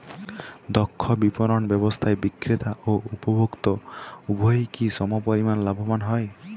দক্ষ বিপণন ব্যবস্থায় বিক্রেতা ও উপভোক্ত উভয়ই কি সমপরিমাণ লাভবান হয়?